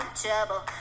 trouble